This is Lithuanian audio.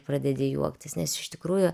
pradedi juoktis nes iš tikrųjų